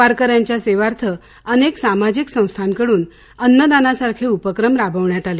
वारकऱ्यांच्या सेवार्थ अनेक सामाजिक संस्थांकडून अन्नदाना सारखे उपक्रम राबविण्यात आले